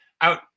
out